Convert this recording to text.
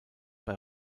bei